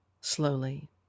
slowly